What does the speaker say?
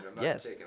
Yes